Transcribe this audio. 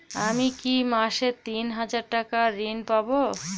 আমি কি মাসে তিন হাজার টাকার ঋণ পাবো?